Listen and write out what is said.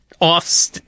off